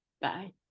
Bye